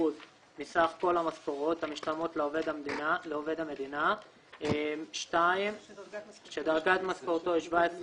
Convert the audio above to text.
מסך כל המשכורת המשתלמת לעובד המדינה שדרגת משכורתו היא 17